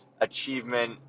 achievement